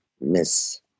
miss